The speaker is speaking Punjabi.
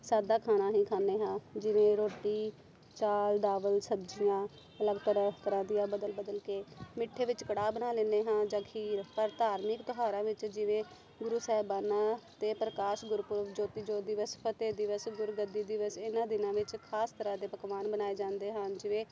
ਸਾਦਾ ਖਾਣਾ ਹੀ ਖਾਂਦੇ ਹਾਂ ਜਿਵੇਂ ਰੋਟੀ ਦਾਲ ਚਾਵਲ ਸਬਜ਼ੀਆਂ ਅਲੱਗ ਤਰ੍ਹਾਂ ਤਰ੍ਹਾਂ ਦੀਆਂ ਬਦਲ ਬਦਲ ਕੇ ਮਿੱਠੇ ਵਿੱਚ ਕੜਾਹ ਬਣਾ ਲੈਂਦੇ ਹਾਂ ਜਾਂ ਖੀਰ ਪਰ ਧਾਰਮਿਕ ਤਿਉਹਾਰਾਂ ਵਿੱਚ ਜਿਵੇਂ ਗੁਰੂ ਸਾਹਿਬਾਨਾਂ ਅਤੇ ਪ੍ਰਕਾਸ਼ ਗੁਰਪੁਰਬ ਜੋਤੀ ਜੋਤ ਦਿਵਸ ਫਤਿਹ ਦਿਵਸ ਗੁਰਗੱਦੀ ਦਿਵਸ ਇਹਨਾਂ ਦਿਨਾਂ ਵਿੱਚ ਖਾਸ ਤਰ੍ਹਾਂ ਦੇ ਪਕਵਾਨ ਬਣਾਏ ਜਾਂਦੇ ਹਨ ਜਿਵੇਂ